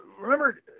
remember